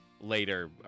later